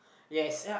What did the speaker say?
yes